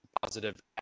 positive